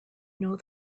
know